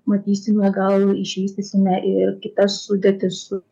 matysime gal išvystysime ir kitas sudėtis su